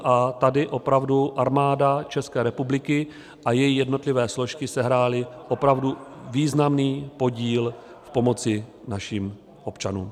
A tady opravdu Armáda České republiky a její jednotlivé složky sehrály opravdu významný podíl pomoci našim občanům.